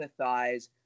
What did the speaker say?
empathize